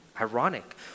Ironic